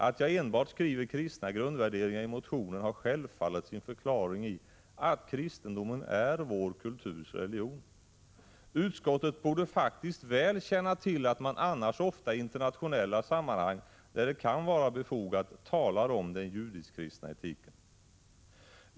Att jag i motionen enbart skriver kristna grundvärderingar har självfallet sin förklaring i att kristendomen är vår kulturs religion. Utskottet borde faktiskt väl känna till att man annars ofta i internationella sammanhang, där det kan vara befogat, talar om den judisk-kristna etiken.